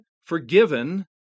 forgiven